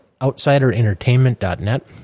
OutsiderEntertainment.net